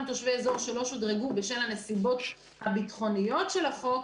תושבי אזור שלא שודרגו בשל הנסיבות הביטחוניות של החוק,